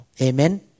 Amen